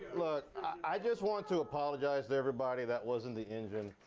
look, i just want to apologize to everybody, that wasn't the engine,